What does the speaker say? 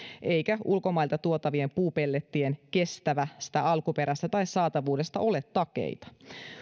eikä ulkomailta tuotavien puupellettien kestävästä alkuperästä tai saatavuudesta ole takeita